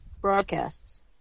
broadcasts